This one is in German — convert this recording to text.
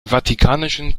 vatikanischen